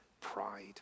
Pride